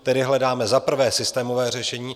Tedy hledáme za prvé systémové řešení.